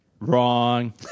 Wrong